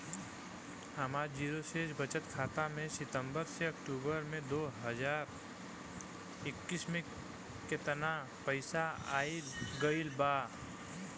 हमार जीरो शेष बचत खाता में सितंबर से अक्तूबर में दो हज़ार इक्कीस में केतना पइसा आइल गइल बा?